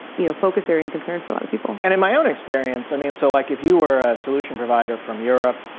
you know, focus area and concern for a lot of people. and in my own experience, i mean, so like if you were a solution provider from europe.